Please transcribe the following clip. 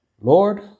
Lord